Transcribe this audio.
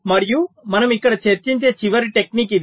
మరియు మనము ఇక్కడ చర్చించే చివరి టెక్నిక్ ఇది